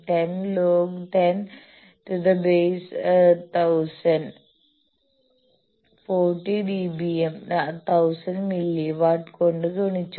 ¿ 10 log ¿ 40 dBm 10000 milliwatt കൊണ്ട് ഗുണിച്ചു